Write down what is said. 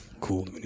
cool